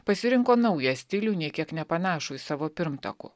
pasirinko naują stilių nė kiek nepanašų į savo pirmtakų